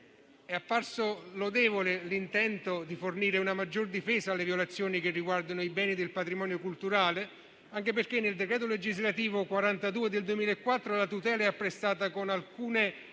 È apparso lodevole l'intento di fornire una maggiore difesa alle violazioni che riguardano i beni del patrimonio culturale, anche perché nel decreto legislativo n. 42 del 2004 la tutela è apprestata con alcune